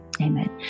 Amen